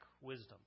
wisdom